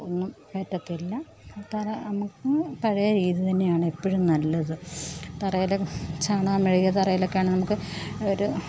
ഒന്നും പറ്റത്തില്ല തറ നമുക്ക് പഴയ വീട് തന്നെയാണ് എപ്പോഴും നല്ലത് തറയിൽ ചാണകം മെഴുകിയ തറലൊക്കെയാണ് നമുക്ക് ഒരു